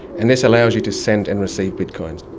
and this allows you to send and receive bitcoins.